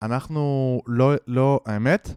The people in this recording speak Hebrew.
אנחנו... לא... לא... האמת?